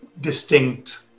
distinct